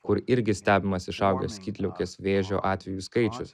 kur irgi stebimas išaugęs skydliaukės vėžio atvejų skaičius